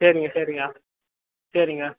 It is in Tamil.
சரிங்க சரிங்க சரிங்க